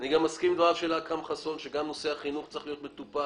אני גם מסכים לדבריו של אכרם חסון שגם נושא החינוך צריך להיות מטופל.